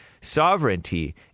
sovereignty